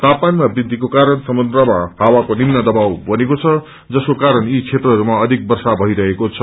तापामानमा वृद्धिको कारण समुन्द्रमा हावाको निम्तन दवाब बनेको छ जसको कारण यी क्षेत्रहरूमा अधिक वर्षा भइरहेको हो